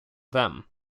them